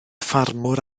ffarmwr